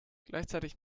gleichzeitig